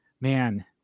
man